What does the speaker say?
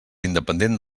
independent